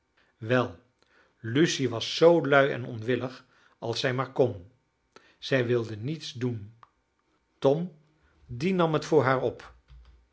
wel lucy was zoo lui en onwillig als zij maar kon zij wilde niets doen tom die nam het voor haar op